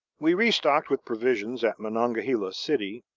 we restocked with provisions at monongahela city,